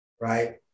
right